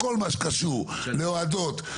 שכל מה שקשור להורדות,